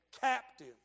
captive